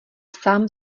sám